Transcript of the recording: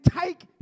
take